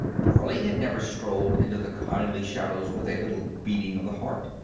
pearlie had never strolled into the kindly shadows with a little beating of the heart,